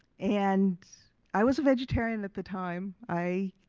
and i was a vegetarian at the time, i,